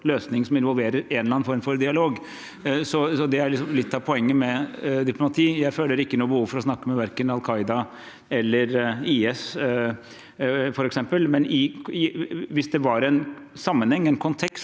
som involverer en eller annen form for dialog. Det er litt av poenget med diplomati. Jeg føler ikke noe behov for å snakke med verken Al Qaida eller IS, f.eks., men hvis det var en kontekst